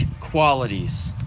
qualities